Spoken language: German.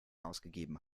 ausgegeben